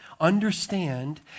understand